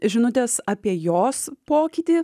žinutės apie jos pokytį